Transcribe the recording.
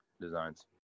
designs